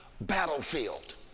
battlefield